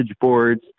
boards